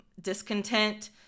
discontent